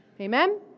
Amen